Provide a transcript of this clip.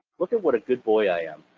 look at what a good boy i am,